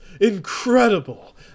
incredible